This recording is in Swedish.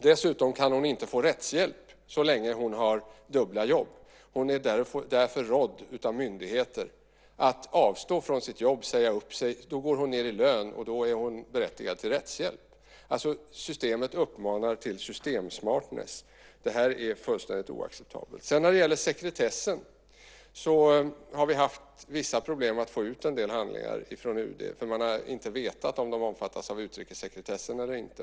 Dessutom kan hon inte få rättshjälp så länge som hon har dubbla jobb. Myndigheterna har därför rått henne att avstå från sitt jobb och säga upp sig. Då går hon ned i lön, och då är hon berättigad till rättshjälp. Systemet uppmanar alltså till system smartness . Detta är fullständigt oacceptabelt. När det gäller sekretessen har vi haft vissa problem att få ut en del handlingar från UD. Man har inte vetat om de har omfattats av utrikessekretessen eller inte.